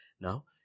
Now